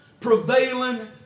prevailing